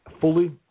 fully